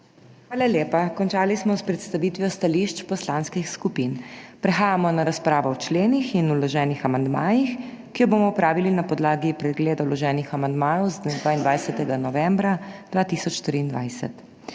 Hvala lepa. Končali smo s predstavitvijo stališč poslanskih skupin. Prehajamo na razpravo o členih in vloženih amandmajih, ki jo bomo opravili na podlagi pregleda vloženih amandmajev z dne 22. novembra 2023.